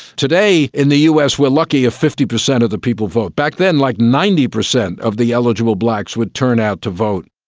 today in the us we are lucky if fifty percent of the people vote. back then like ninety percent of the eligible blacks would turn out to vote.